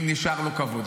אם נשאר לו כבוד.